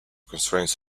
constraints